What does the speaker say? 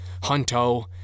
Hunto